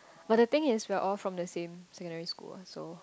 but the thing is we are all from the same secondary school ah so